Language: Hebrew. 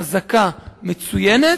חזקה, מצוינת,